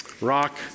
Rock